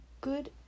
good